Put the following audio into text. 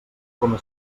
coma